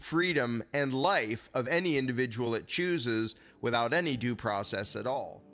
freedom and life of any individual it chooses without any due process at all